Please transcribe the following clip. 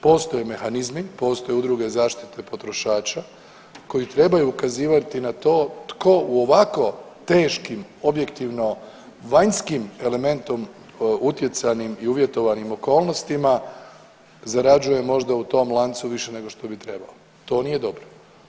Postoje mehanizmi, postoje udruge zaštite potrošača koji trebaju ukazivati na to tko u ovako teškim objektivno vanjskim elementom utjecanim i uvjetovanim okolnostima zarađuje možda u tom lancu više nego što bi trebao, to nije dobro.